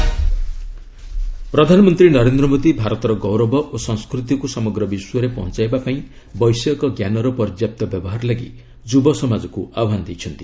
PM Pravasi Bharatiya Divas ପ୍ରଧାନମନ୍ତ୍ରୀ ନରେନ୍ଦ୍ର ମୋଦି ଭାରତର ଗୌରବ ଓ ସଂସ୍କୃତିକୁ ସମଗ୍ର ବିଶ୍ୱରେ ପହଞ୍ଚାଇବା ପାଇଁ ବୈଷୟିକ ଜ୍ଞାନର ପର୍ଯ୍ୟାପ୍ତ ବ୍ୟବହାର ଲାଗି ଯୁବ ସମାଜକୁ ଆହ୍ୱାନ ଦେଇଛନ୍ତି